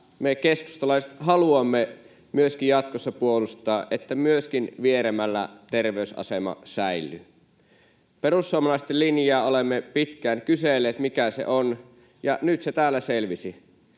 me keskustalaiset haluamme myöskin jatkossa puolustaa, että myöskin Vieremällä terveysasema säilyy. Perussuomalaisten linjaa olemme pitkään kyselleet, mikä se on, ja nyt se täällä selvisi: